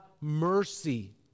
mercy